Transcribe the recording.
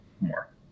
more